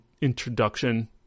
introduction